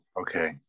Okay